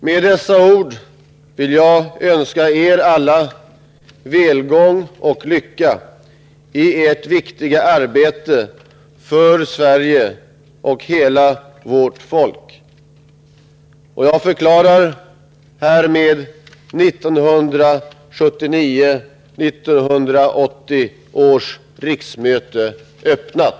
Med dessa ord vill jag önska er alla välgång och lycka i ert viktiga arbete för Sverige och hela svenska folket, och jag förklarar härmed 1979/80 års riksmöte öppnat.